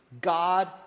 God